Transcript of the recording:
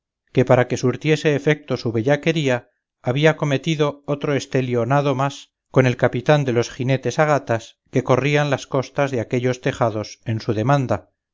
que para que surtiese efecto su bellaquería había cometido otro estelionato más con el capitán de los jinetes a gatas que corrían las costas de aquellos tejados en su demanda